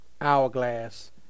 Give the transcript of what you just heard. hourglass